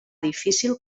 difícil